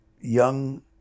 young